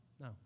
No